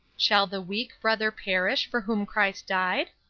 shall the weak brother perish for whom christ died